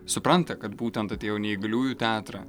supranta kad būtent atėjau į neįgaliųjų teatrą